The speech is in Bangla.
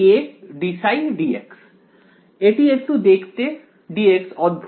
এটি একটু দেখতে dx অদ্ভুত